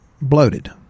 bloated